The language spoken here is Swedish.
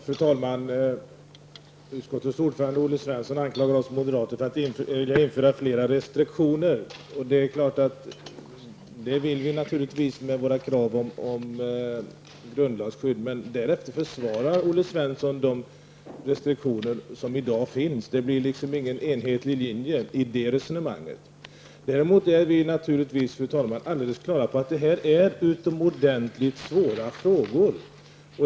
Fru talman! Utskottets ordförande Olle Svensson anklagar oss moderater för att vilja införa fler restriktioner. Det vill vi naturligtvis med våra krav om grundlagsskydd. Men därefter försvarar Olle Svensson de restriktioner som finns i dag. Det blir ingen enhetlig linje i det resonemanget. Fru talman! Vi moderater är naturligtvis alldeles på det klara med att detta är utomordentligt svåra frågor.